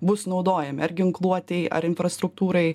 bus naudojami ar ginkluotei ar infrastruktūrai